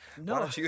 No